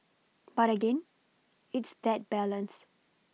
but again it's that balance